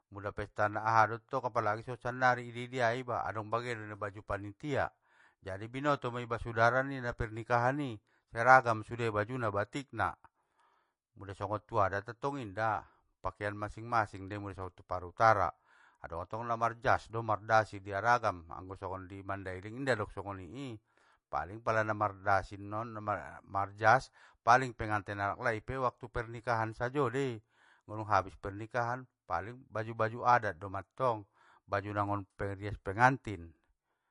Mula na pesta na aha dottong apalagi songon sannari idiadia iba, adong bagen do na baju panitia. Jadi binoto maiba sudara ninna pernikahani, seragam sude bajuna batikna, mula songgon tuadat attong inda, pakean masing masing dei ngomule songon parutara, adong attong namarjas do mardasi diaragam, anggo songon di mandailing inda dong songoni i, paling pala namardasi non namar jas paling pengantin alaklai ipe waktu pernikahan sajo dei, dung habis pernikahan, paling baju baju adat doma tong, baju nangon perias pengantin.